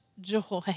joy